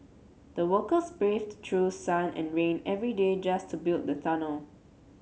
the workers braved through sun and rain every day just to build the tunnel